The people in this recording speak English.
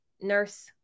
Nurse